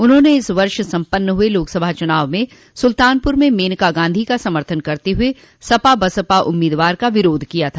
उन्होंने इस वर्ष सम्पन्न हुए लोकसभा चुनाव में सुल्तानपुर में मेनका गांधी का समर्थन करते हुए सपा बसपा उम्मीदवार का विरोध किया था